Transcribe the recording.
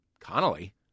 Connolly